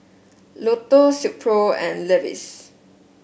Lotto Silkpro and Levi's